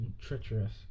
treacherous